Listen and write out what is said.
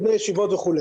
בני ישיבות וכו'.